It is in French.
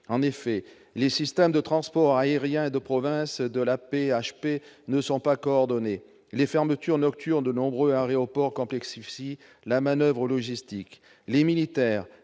En effet, les systèmes de transport aérien de province et de l'AP-HP ne sont pas coordonnés ; la fermeture nocturne de nombreux aéroports complexifie la manoeuvre logistique ; les militaires,